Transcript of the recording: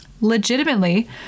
Legitimately